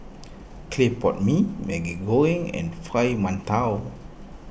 Clay Pot Mee Maggi Goreng and Fried Mantou